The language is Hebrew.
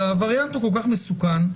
הווריאנט כל כך מסוכן.